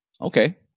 Okay